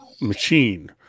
machine